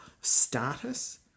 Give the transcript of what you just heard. status